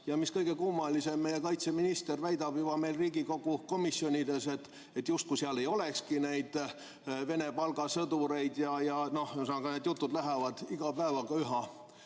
Ja mis kõige kummalisem: meie kaitseminister väidab juba Riigikogu komisjonides, justkui seal ei olekski neid Vene palgasõdureid. Ühesõnaga, need jutud lähevad iga päevaga üha